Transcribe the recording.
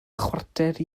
chwarter